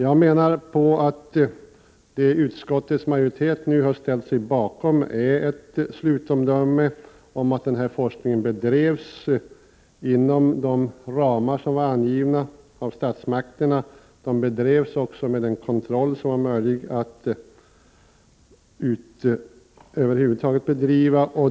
Jag menar att det uttalande utskottsmajoriteten har ställt sig bakom är ett slutomdöme om att denna forskning bedrevs inom de ramar som var angivna av statsmakterna. Forskningen bedrevs också med den kontroll som över huvud taget var möjlig.